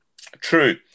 true